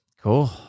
Cool